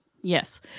Yes